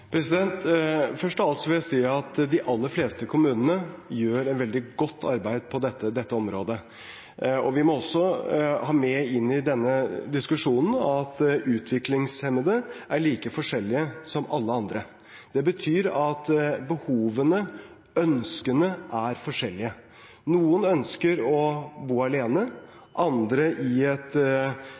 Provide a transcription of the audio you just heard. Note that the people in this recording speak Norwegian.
Først av alt vil jeg si at de aller fleste kommunene gjør et veldig godt arbeid på dette området. Vi må også ha med inn i denne diskusjonen at utviklingshemmede er like forskjellige som alle andre. Det betyr at behovene, ønskene, er forskjellige. Noen ønsker å bo alene, andre i et